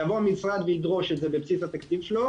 יבוא המשרד וידרוש את זה בבסיס התקציב שלו,